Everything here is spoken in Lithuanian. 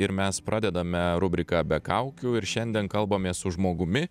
ir mes pradedame rubriką be kaukių ir šiandien kalbamės su žmogumi